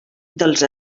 dels